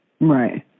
Right